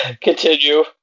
Continue